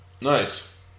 Nice